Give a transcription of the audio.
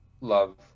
love